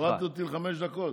הורדת אותי לחמש דקות.